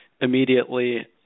immediately